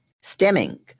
stemming